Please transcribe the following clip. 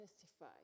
testify